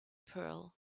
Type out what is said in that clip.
pearl